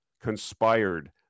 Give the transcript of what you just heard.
conspired